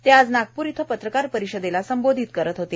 ते आज नागपूर इथं पत्रकार परिषदेला संबोधित करत होते